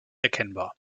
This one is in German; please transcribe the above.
erkennbar